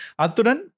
Aturan